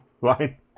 right